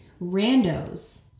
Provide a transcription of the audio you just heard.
randos